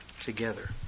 together